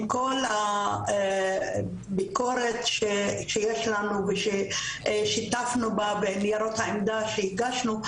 עם כל הביקורת שיש לנו וששיתפנו בה בניירות העמדה שהגשנו,